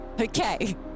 Okay